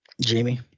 jamie